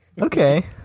Okay